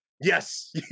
Yes